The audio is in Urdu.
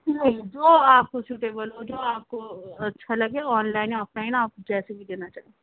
نہیں جو آپ کو سوٹیبل ہو جو آپ کو اچھا لگے آن لائن آف لائن آپ جیسے بھی دینا چاہیں